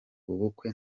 ubukwe